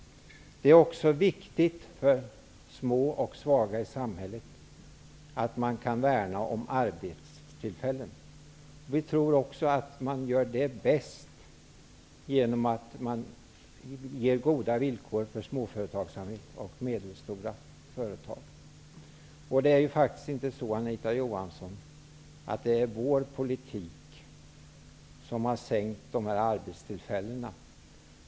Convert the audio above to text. Det är också viktigt för små och svaga i samhället att man värnar om arbetstillfällen. Det gör man bäst genom att ge goda villkor för små och medelstora företag. Det är ju inte vår politik, Anita Johansson, som har minskat arbetstillfällena.